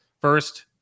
First